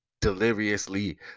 deliriously